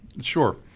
Sure